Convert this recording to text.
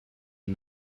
and